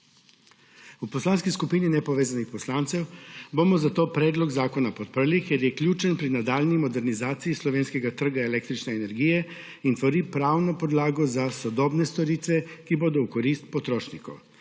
V Poslanski skupini nepovezanih poslancev bomo zato predlog zakona podprli, ker je ključen pri nadaljnji modernizaciji slovenskega trga električne energije in tvori pravno podlago za sodobne storitve, ki bodo v korist potrošniku.